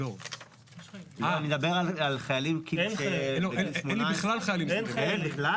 אין לי בכלל חיילים סדירים.